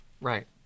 Right